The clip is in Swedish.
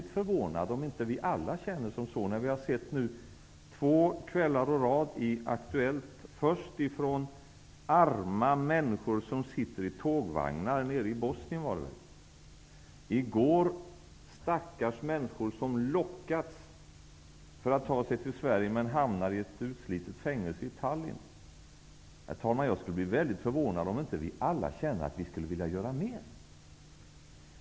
Två kvällar i rad har vi på Aktuellt först fått se arma människor sittande i tågvagnar i Bosnien. I går var det stackars människor som ''lockats'' att ta sig till Sverige men hade hamnat i ett utslitet fängelse i Tallinn. Herr talman! Jag skulle bli väldigt förvånad om inte vi alla känner att vi skulle vilja göra mer.